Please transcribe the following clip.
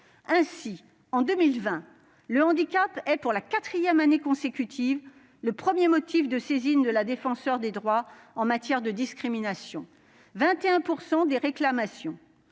Ainsi, en 2020, le handicap est, pour la quatrième année consécutive, le premier motif de saisine de la Défenseure des droits en matière de discrimination, ce motif